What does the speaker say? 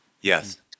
Yes